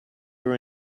you